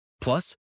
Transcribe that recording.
Plus